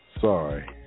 sorry